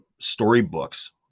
storybooks